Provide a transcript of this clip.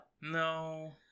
no